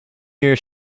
year